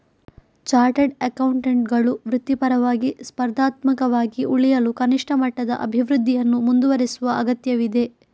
chartered ಅಕೌಂಟೆಂಟುಗಳು ವೃತ್ತಿಪರವಾಗಿ, ಸ್ಪರ್ಧಾತ್ಮಕವಾಗಿ ಉಳಿಯಲು ಕನಿಷ್ಠ ಮಟ್ಟದ ಅಭಿವೃದ್ಧಿಯನ್ನು ಮುಂದುವರೆಸುವ ಅಗತ್ಯವಿದೆ